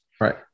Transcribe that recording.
right